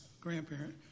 grandparent